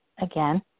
again